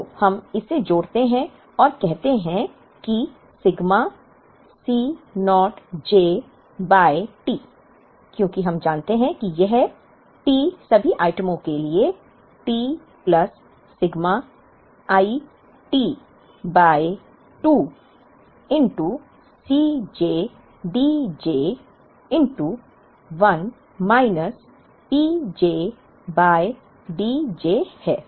तो हम इसे जोड़ते हैं और कहते हैं कि sigma C naught j by T क्योंकि हम मानते हैं कि यह T सभी आइटमों के लिए t plus sigma i T by 2 C j D j 1 minus P j by Dj है